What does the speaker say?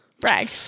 Brag